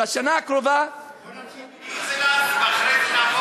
בוא נתחיל מניו-זילנד ואחרי זה נעבור,